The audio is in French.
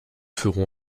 feront